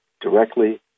directly